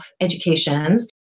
educations